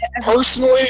Personally